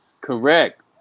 Correct